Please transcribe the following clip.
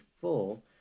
full